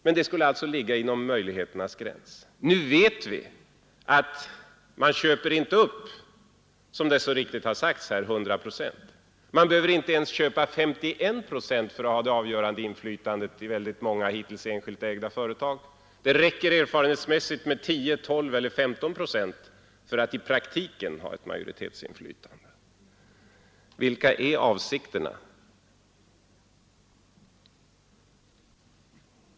Men detta skulle alltså ligga inom möjligheternas gräns. Nu vet vi att man köper inte upp, som det så riktigt har sagts här, 100 procent av aktierna. Man behöver inte ens köpa 51 procent för att ha det avgörande inflytandet i väldigt många hittills enskilt ägda företag — det räcker erfarenhetsmässigt med 10, 12 eller 15 procent för att i praktiken ha ett majoritetsinflytande. Vilka är avsikterna?